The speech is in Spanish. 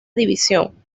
división